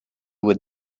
would